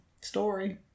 story